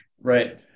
right